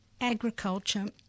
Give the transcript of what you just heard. agriculture